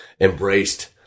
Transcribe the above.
embraced